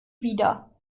wieder